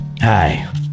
Hi